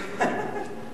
כן,